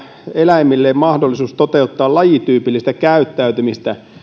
eläimien mahdollisuus toteuttaa lajityypillistä käyttäytymistä